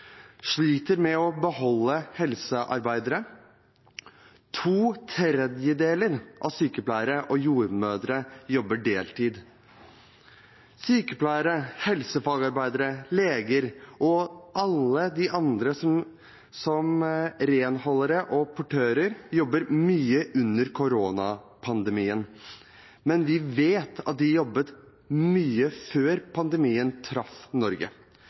sliter med å beholde helsearbeidere, og to tredjedeler av sykepleierne og jordmødrene jobber deltid. Sykepleiere, helsefagarbeidere, leger og alle de andre, som renholdere og portører, jobber mye under koronapandemien, men vi vet at de jobbet mye også før pandemien traff Norge.